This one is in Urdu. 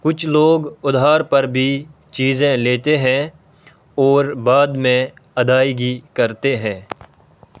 کچھ لوگ ادھار پر بھی چیزیں لیتے ہیں اور بعد میں ادائیگی کرتے ہیں